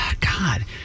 God